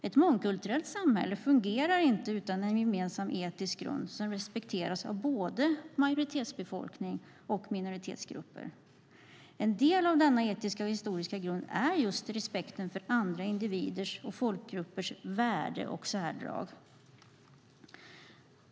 Ett mångkulturellt samhälle fungerar inte utan en gemensam etisk grund som respekteras av både majoritetsbefolkning och minoritetsgrupper. En del av denna etiska och historiska grund är just respekten för andra individers och folkgruppers värde och särdrag.